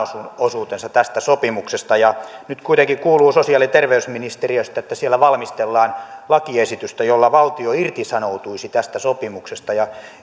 osuutensa tästä sopimuksesta ja nyt kuitenkin kuuluu sosiaali ja terveysministeriöstä että siellä valmistellaan lakiesitystä jolla valtio irtisanoutuisi tästä sopimuksesta ja